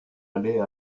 aller